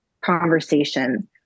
conversation